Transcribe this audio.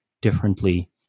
differently